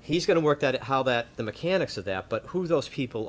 he's going to work out how that the mechanics of that but who those people